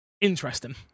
Interesting